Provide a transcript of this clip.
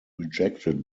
rejected